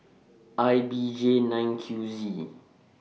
I B J nine Q Z